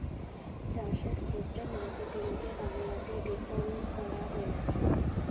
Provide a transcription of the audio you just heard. চাষের ক্ষেত্রে মার্কেটিং কে বাংলাতে বিপণন করা বলে